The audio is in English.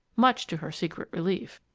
much to her secret relief.